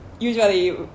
usually